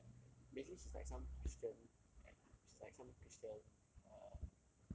jo I basically she's like some christian and she's like some christian err